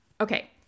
Okay